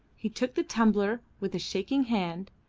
he took the tumbler with a shaking hand,